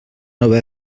nova